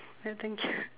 ya thank you